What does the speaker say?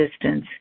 distance